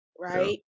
right